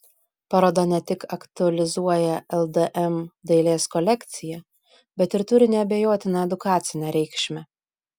paroda ne tik aktualizuoja ldm dailės kolekciją bet ir turi neabejotiną edukacinę reikšmę